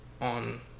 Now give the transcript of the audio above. on